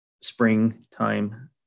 springtime